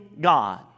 God